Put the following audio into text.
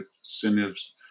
incentives